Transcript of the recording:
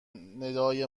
ندای